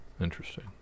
Interesting